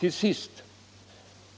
Till sist: